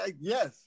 Yes